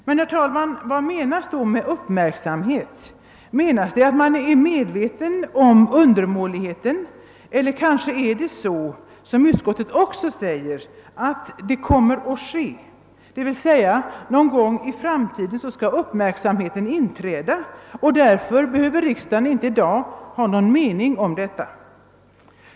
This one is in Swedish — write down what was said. Men, herr talman, vad menas då med »uppmärksamhet»? Menas det att man då är medveten om undermåligheten, eller är det kanske så som utskottet också säger »att så kommer att ske», d.v.s. någon gång i framtiden skall uppmärksamheten inträda och därför behöver riksdagen inte ha någon mening om detta i dag?